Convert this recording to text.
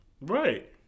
Right